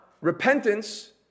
repentance